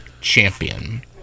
champion